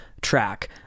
track